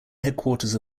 headquarters